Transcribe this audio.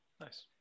Nice